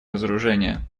разоружение